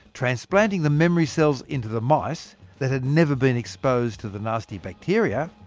transplanting the memory cells into the mice that had never been exposed to the nasty bacteria,